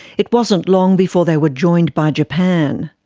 it wasn't long before they were joined by japan.